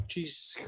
Jesus